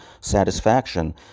satisfaction